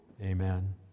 Amen